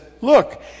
look